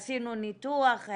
עשינו ניתוח,